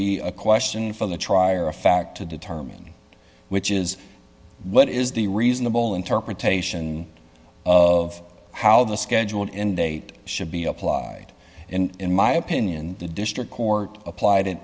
be a question for the trier of fact to determine which is what is the reasonable interpretation of how the scheduled end date should be applied and in my opinion the district court applied